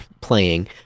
playing